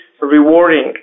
rewarding